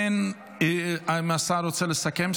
האם השר רוצה לסכם?